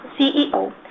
CEO